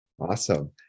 Awesome